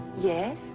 Yes